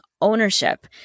ownership